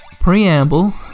preamble